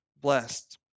blessed